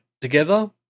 together